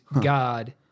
God